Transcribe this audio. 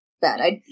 Bad